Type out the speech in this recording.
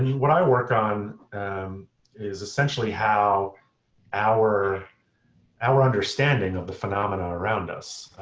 what i work on is essentially how our our understanding of the phenomena around us,